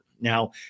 Now